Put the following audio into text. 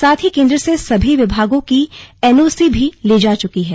साथ ही केंद्र से सभी विभागों की एनओसी भी ली जा चुकी है